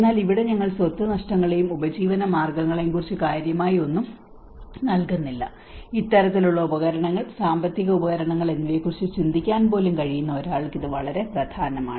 എന്നാൽ ഇവിടെ ഞങ്ങൾ സ്വത്ത് നഷ്ടങ്ങളെയും ഉപജീവന മാർഗങ്ങളെയും കുറിച്ച് കാര്യമായി ഒന്നും നൽകുന്നില്ല ഇത്തരത്തിലുള്ള ഉപകരണങ്ങൾ സാമ്പത്തിക ഉപകരണങ്ങൾ എന്നിവയെക്കുറിച്ച് ചിന്തിക്കാൻ പോലും കഴിയുന്ന ഒരാൾക്ക് ഇത് വളരെ പ്രധാനമാണ്